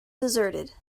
deserted